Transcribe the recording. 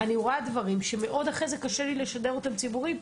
אני רואה דברים שאחרי זה מאוד קשה לי לשדר אותם ציבורית,